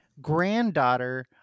granddaughter